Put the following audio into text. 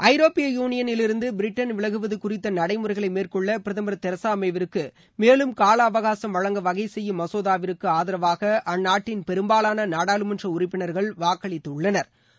ஐரோப்பிய யூனியனிலிருந்தபிரிட்டன் விலகுவதுகுறித்தநடைமுறைகளைமேற்கொள்ளபிரதமா் தெரசாமேவிற்குமேலும் கால அவகாசம் வழங்க வகைசெய்யும் மசோதவிற்குஆதரவாகஅந்நாட்டின் பெரும்பாலானநாடாளுமன்றஉறுப்பினா்கள் வாக்களித்துள்ளனா்